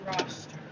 roster